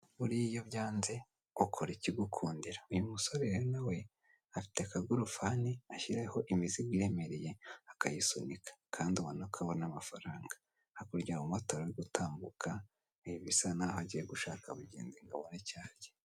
Buriya iyo byanze ukora ikigukundira uyu musore rero nawe afite akagorofani ashyiraho imizigo iremereye akayisunika, kandi ubona ko abona amafaranga. Hakurya hari umumotari uru gutambuka bisa naho agiye gushhaka abagenzi ngo abone icyo arya.